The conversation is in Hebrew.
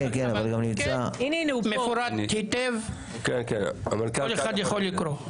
מפורט היטב, כל אחד יכול לקרוא.